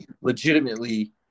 legitimately